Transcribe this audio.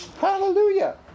Hallelujah